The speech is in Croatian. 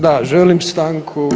Da želim stanku